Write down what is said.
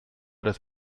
das